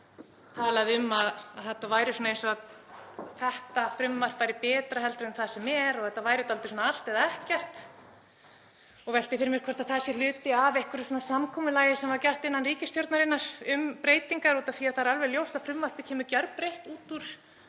hæstv. ráðherra talaði eins og þetta frumvarp væri betra heldur en það sem er og þetta væri dálítið svona allt eða ekkert. Ég velti fyrir mér hvort það sé hluti af einhverju samkomulagi sem var gert innan ríkisstjórnarinnar um breytingar, af því að það er alveg ljóst að frumvarpið kemur gjörbreytt frá